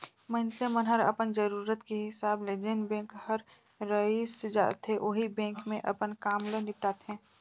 मइनसे मन हर अपन जरूरत के हिसाब ले जेन बेंक हर रइस जाथे ओही बेंक मे अपन काम ल निपटाथें